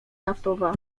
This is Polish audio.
naftowa